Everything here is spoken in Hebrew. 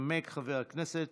ינמק חבר הכנסת